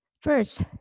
First